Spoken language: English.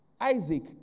isaac